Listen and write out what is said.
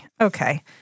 okay